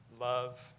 love